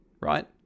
right